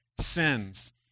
sins